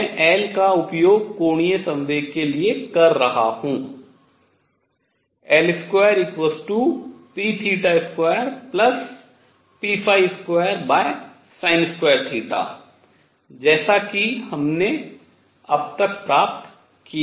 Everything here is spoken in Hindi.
मैं L का उपयोग कोणीय संवेग के लिए कर रहा हूँ L2p2p2 जैसा कि हमने अब तक प्राप्त किया है